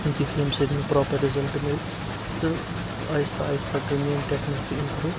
دِتھ ییٚمہِ سۭتۍ مےٚ پرٛاپَر رِزَلٹہٕ میلہِ تہٕ آہستہ آہستہ گٔے میٛٲنۍ ٹیٚکنیٖک تہِ اِمپروٗ